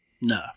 No